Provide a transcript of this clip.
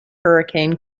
hurricane